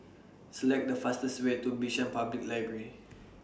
Select The fastest Way to Bishan Public Library